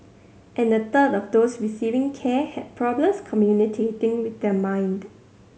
and a third of those receiving care had problems communicating with their mind